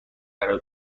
برا